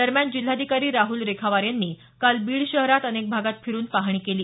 दरम्यान जिल्हाधिकारी राहुल रेखावार यांनी काल बीड शहरात अनेक भागात फिरून पाहणी केली